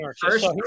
first